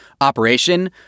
operation